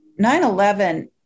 9-11